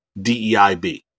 DEIB